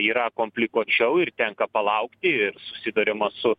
yra komplikuočiau ir tenka palaukti ir susitariama su